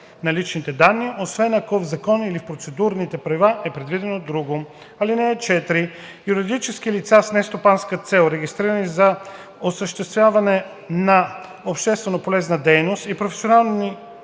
на личните данни, освен ако в закон или в процедурните правила е предвидено друго. (4) Юридически лица с нестопанска цел, регистрирани за осъществяване на общественополезна дейност, и професионални